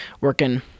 working